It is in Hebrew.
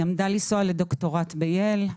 היא עמדה לנסוע לדוקטורט ב-ייל,